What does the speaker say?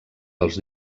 dels